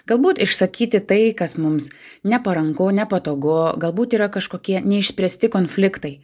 galbūt išsakyti tai kas mums neparanku nepatogu galbūt yra kažkokie neišspręsti konfliktai